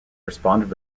responded